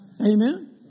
Amen